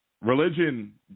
religion